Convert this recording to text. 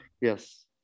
yes